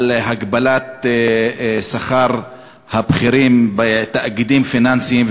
על הגבלת שכר הבכירים בתאגידים פיננסיים.